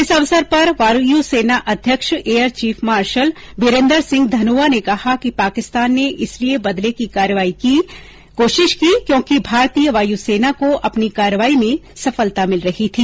इस अवसर पर वायुसेनाध्यक्ष एयरचीफ मार्शल बिरेन्दर सिंह धनोआ ने कहा कि पाकिस्तान ने इसलिए बदले की कार्रवाई की कोशिश की क्योंकि भारतीय वायुसेना को अपनी कार्रवाई में सफलता मिल रही थी